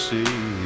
See